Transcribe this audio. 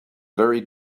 very